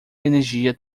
energia